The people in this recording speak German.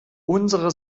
unsere